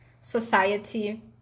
society